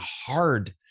hard